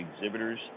exhibitors